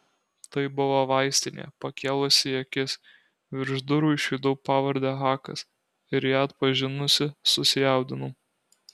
tai buvo vaistinė pakėlusi akis virš durų išvydau pavardę hakas ir ją atpažinusi susijaudinau